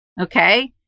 Okay